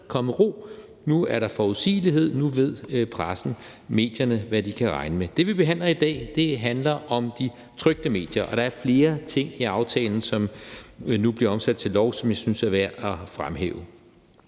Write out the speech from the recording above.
kommet ro, nu er der forudsigelighed, og nu ved pressen og medierne, hvad de kan regne med. Det forslag, vi behandler i dag, handler om de trykte medier, og der er flere ting i aftalen, som nu bliver omsat til lov, og som jeg synes det er værd at fremhæve.